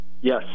Yes